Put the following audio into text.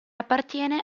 appartiene